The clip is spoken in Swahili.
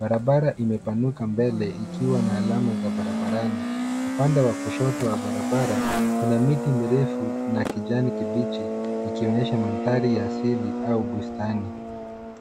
Barabara imepanuka mbele ikiwa na alama za barabarani. Upande wa kushoto wa barabara kuna miti mirefu na kijani kibichi ikionyesha mandhari ya asili au bustani.